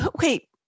wait